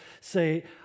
say